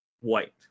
White